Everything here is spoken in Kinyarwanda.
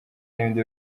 n’ibindi